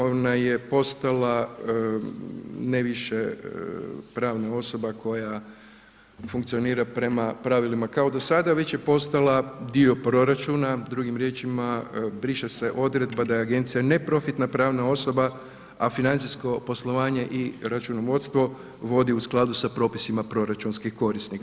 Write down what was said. Ona je postala ne više pravna osoba koja funkcionira prema pravilima kao do sada već je postala dio proračuna, drugim riječima briše se odredba da je agencija neprofitna pravna osoba, a financijsko poslovanje i računovodstvo vodi u skladu sa propisima proračunskih korisnika.